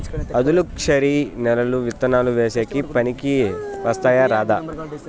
ఆధులుక్షరి నేలలు విత్తనాలు వేసేకి పనికి వస్తాయా రాదా?